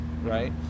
right